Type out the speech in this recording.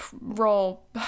roll